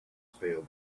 failed